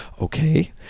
okay